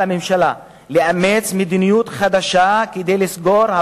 על הממשלה לאמץ מדיניות חדשה כדי לסגור את